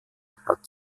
hat